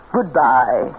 Goodbye